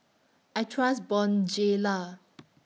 I Trust Bonjela